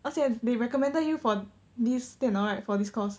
而且 they recommended you for this 电脑 right for this course